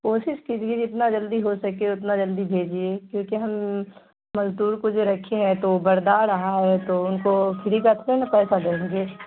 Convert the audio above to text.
کوشش کیجیے جتنا جلدی ہو سکے اتنا جلدی بھیجیے کیونکہ ہم مزدور کو جو رکھے ہیں تو بردا رہا ہے تو ان کو فری کا تھوڑی نا پیسہ دیں گے